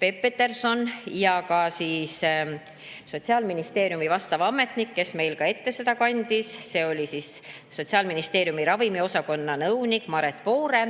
Peep Peterson ja Sotsiaalministeeriumi vastav ametnik, kes meil seda ette kandis – see oli Sotsiaalministeeriumi ravimiosakonna nõunik Maret Voore